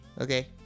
Okay